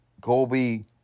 Colby